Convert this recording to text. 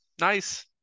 Nice